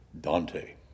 Dante